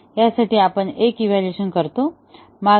आणि यासाठी आपण एक इव्हॅल्युएशन करतो